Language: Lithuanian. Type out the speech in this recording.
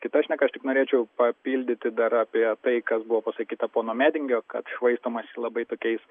kita šneka aš tik norėčiau papildyti dar apie tai kas buvo pasakyta pono medingio kad švaistomasi labai tokiais